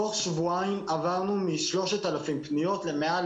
תוך שבועיים עברנו מ-3,000 פניות ליותר